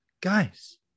Guys